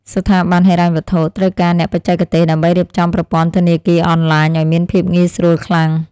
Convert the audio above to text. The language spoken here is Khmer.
ស្ថាប័នហិរញ្ញវត្ថុត្រូវការអ្នកបច្ចេកទេស ដើម្បីរៀបចំប្រព័ន្ធធនាគារអនឡាញឱ្យមានភាពងាយស្រួលខ្លាំង។